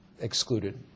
excluded